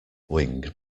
wing